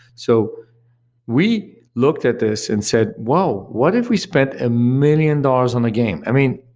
so we looked at this and said, whoa, what if we spent a million dollars on a game? i mean,